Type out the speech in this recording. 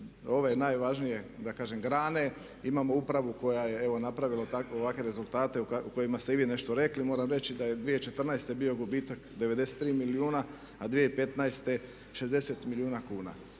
ove najvažnije da kažem grane imamo upravu koja je evo napravila ovakve rezultate u kojima ste i vi nešto rekli. Moram reći da je 2014. bio gubitak 93 milijuna a 2015. 60 milijuna kuna.